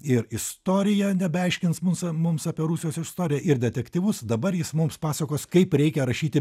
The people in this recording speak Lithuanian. ir istoriją nebeaiškins mums mums apie rusijos istoriją ir detektyvus dabar jis mums pasakos kaip reikia rašyti